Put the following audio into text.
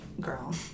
Girl